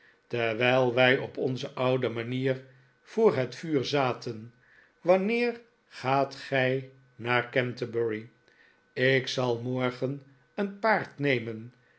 terwijl wij op onze oude manier voor het vuur zaten wanneer gaat gij naar canterbury ik zal morgen een paard nemen